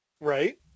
Right